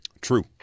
True